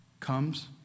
comes